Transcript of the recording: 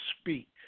speak